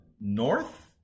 north